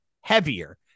heavier